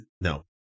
no